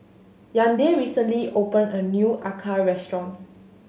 Yandel recently opened a new acar restaurant